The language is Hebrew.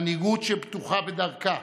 מנהיגות שבטוחה בדרכה